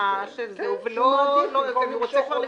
הצבעה בעד, 2 נגד, אין נמנעים,